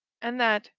and that,